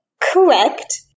Correct